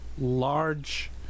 large